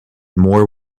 more